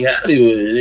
Hollywood